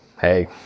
hey